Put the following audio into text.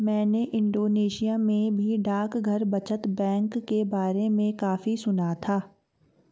मैंने इंडोनेशिया में भी डाकघर बचत बैंक के बारे में काफी सुना था